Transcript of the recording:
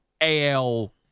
AL